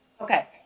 okay